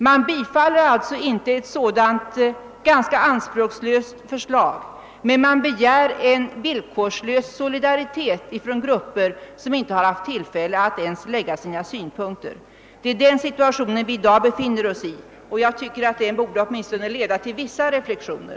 Man bifaller alltså inte ett sådant ganska anspråkslöst förslag, men man begär en villkorslös solidaritet från grupper som inte har haft tillfälle att ens framlägga sina synpunkter. Det är den situationen vi i dag befinner oss i, och jag tycker att den åtminstone borde leda till vissa reflexioner.